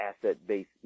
asset-based